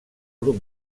grup